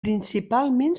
principalment